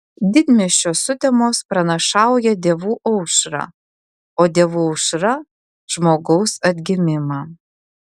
didmiesčio sutemos pranašauja dievų aušrą o dievų aušra žmogaus atgimimą